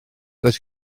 does